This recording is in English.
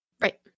Right